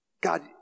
God